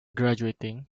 graduating